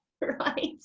right